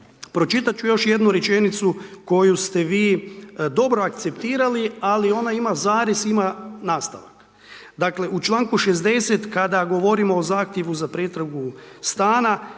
Pročitati ću još jednu rečenicu koju ste vi dobro akceptirali, ali ona ima zarez, ima nastavak. Dakle, u čl. 60. kada govorimo o Zahtjevu za pretragu stana,